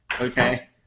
Okay